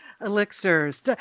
elixirs